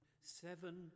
Seven